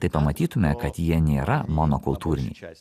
tai pamatytume kad jie nėra monokultūriniai